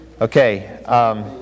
Okay